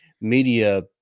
media